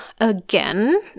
again